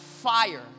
fire